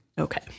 Okay